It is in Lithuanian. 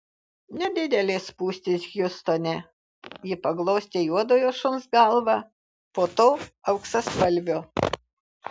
nedidelės spūstys hjustone ji paglostė juodojo šuns galvą po to auksaspalvio